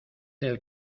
del